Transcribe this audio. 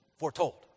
foretold